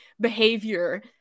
behavior